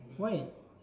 why